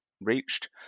reached